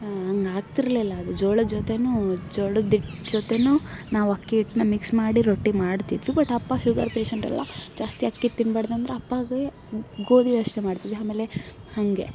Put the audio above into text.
ಹಂಗಾಗ್ತಿರ್ಲಿಲ್ಲ ಅದು ಜೋಳದ ಜೊತೆಯೂ ಜೋಳದ ಹಿಟ್ಟು ಜೊತೆಯೂ ನಾವು ಅಕ್ಕಿ ಹಿಟ್ಟನ್ನ ಮಿಕ್ಸ್ ಮಾಡಿ ರೊಟ್ಟಿ ಮಾಡ್ತಿದ್ವಿ ಬಟ್ ಅಪ್ಪ ಶುಗರ್ ಪೇಷಂಟ್ ಅಲ್ಲ ಜಾಸ್ತಿ ಅಕ್ಕಿದು ತಿನ್ಬಾರ್ದಂದ್ರೆ ಅಪ್ಪಾಗೆ ಗೋಧಿದಷ್ಟೇ ಮಾಡ್ತಿದ್ವಿ ಆಮೇಲೆ ಹಾಗೆ